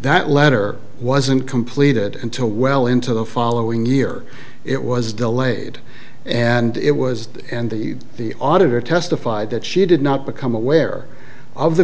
that letter wasn't completed until well into the following year it was delayed and it was and the the auditor testified that she did not become aware of the